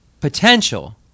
potential